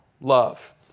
love